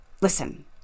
listen